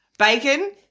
bacon